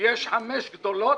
יש חמש גדולות